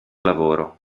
lavoro